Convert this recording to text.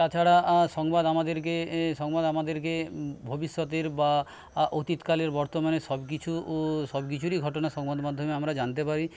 তাছাড়া সংবাদ আমাদেরকে সংবাদ আমাদেরকে ভবিষ্যতের বা অতীত কালের বর্তমানের সবকিছু সবকিছুরই ঘটনা সংবাদ মাধ্যমে আমরা জানতে পারি